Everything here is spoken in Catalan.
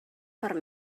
per